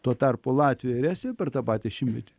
tuo tarpu latvijoj ir estijoj per tą patį šimtmetį